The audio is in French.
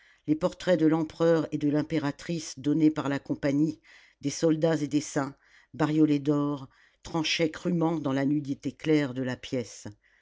les portraits de l'empereur et de l'impératrice donnés par la compagnie des soldats et des saints bariolés d'or tranchaient crûment dans la nudité claire de la pièce